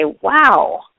wow